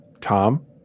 Tom